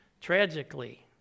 tragically